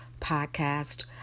podcast